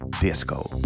Disco